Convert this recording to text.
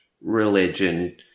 religion